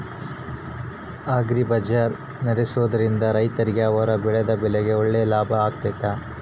Agri bazaar ನಡೆಸ್ದೊರಿಂದ ರೈತರಿಗೆ ಅವರು ಬೆಳೆದ ಬೆಳೆಗೆ ಒಳ್ಳೆ ಲಾಭ ಆಗ್ತೈತಾ?